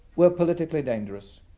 were politically dangerous.